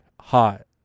hot